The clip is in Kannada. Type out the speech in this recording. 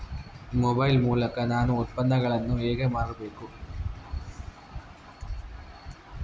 ಮೊಬೈಲ್ ಮೂಲಕ ನಾನು ಉತ್ಪನ್ನಗಳನ್ನು ಹೇಗೆ ಮಾರಬೇಕು?